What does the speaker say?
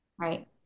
Right